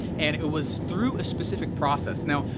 and it was through a specific process. now,